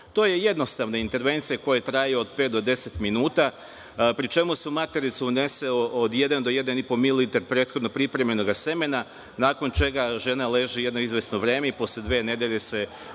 To je jednostavna intervencija koja traje od pet do deset minuta, pri čemu se u matericu unese od jedan do 1,5 ml prethodno pripremljenog semena, nakon čega žena leži jedno izvesno vreme i posle dve nedelje se